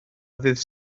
ddydd